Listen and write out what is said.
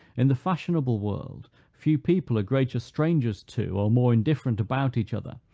in the fashionable world, few people are greater strangers to, or more indifferent about each other,